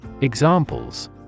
Examples